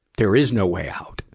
there is no way out.